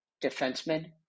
defenseman